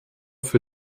für